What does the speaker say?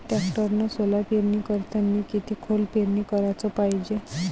टॅक्टरनं सोला पेरनी करतांनी किती खोल पेरनी कराच पायजे?